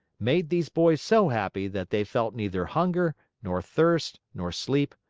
made these boys so happy that they felt neither hunger, nor thirst, nor sleep,